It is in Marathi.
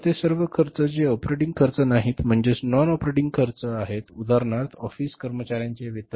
तर ते सर्व खर्च जे ऑपरेटिंग खर्च नाहीत म्हणजेच नॉन ऑपरेटिंग खर्च उदाहरणार्थ ऑफिस कर्मचार्यांचे वेतन